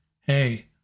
hey